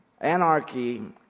Anarchy